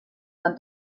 van